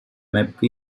map